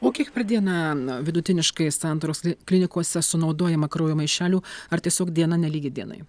o kiek per dieną vidutiniškai santaros kli klinikose sunaudojama kraujo maišelių ar tiesiog diena nelygi dienai